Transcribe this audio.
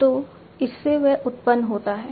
तो इससे वह उत्पन्न होता है